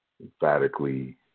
emphatically